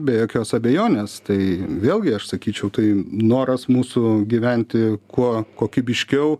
be jokios abejonės tai vėlgi aš sakyčiau tai noras mūsų gyventi kuo kokybiškiau